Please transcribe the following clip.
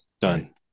Done